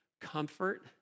comfort